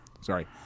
sorry